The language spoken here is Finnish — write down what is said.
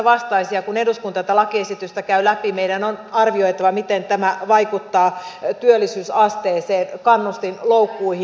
ja kun eduskunta tätä lakiesitystä käy läpi meidän on arvioitava miten tämä vaikuttaa työllisyysasteeseen kannustinloukkuihin